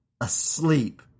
asleep